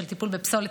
של טיפול בפסולת,